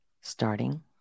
Starting